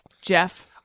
jeff